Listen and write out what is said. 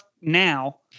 now